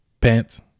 Pants